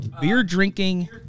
beer-drinking